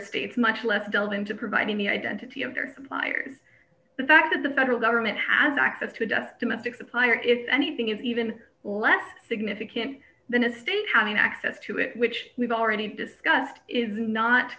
states much less delve into providing the identity of their suppliers the fact that the federal government has acted to death domestic supply or if anything is even less significant than a state having access to it which we've already discussed is not